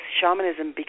shamanism